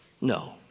No